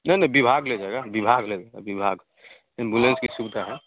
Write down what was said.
नहीं नहीं विभाग ले जाएगा विभाग लेकर जाता है विभाग एंबुलेंस की सुविधा है